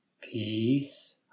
Peace